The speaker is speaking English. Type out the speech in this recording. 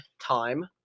Time